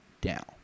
down